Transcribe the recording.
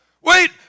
Wait